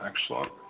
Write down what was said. Excellent